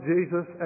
Jesus